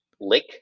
lick